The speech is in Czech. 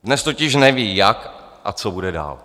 Dnes totiž nevědí, jak a co bude dál.